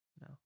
No